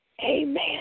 amen